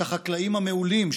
את החקלאים המעולים,